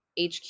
HQ